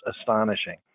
astonishing